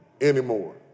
anymore